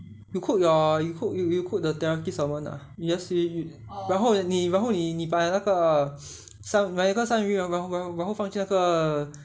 you cook your you cook you cook the teriyaki salmon ah 你要 sear it 然后你然后你把那个三把那个三文鱼然然然后放去那个